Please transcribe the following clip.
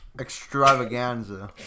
extravaganza